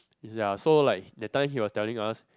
is ya so like that time he was telling us